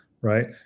right